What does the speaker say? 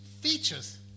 features